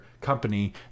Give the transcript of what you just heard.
company